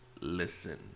listen